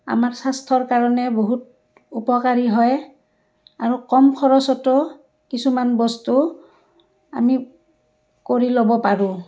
আমাৰ স্বাস্থ্যৰ কাৰণে বহুত উপকাৰী হয় আৰু কম খৰচতো কিছুমান বস্তু আমি কৰি ল'ব পাৰোঁ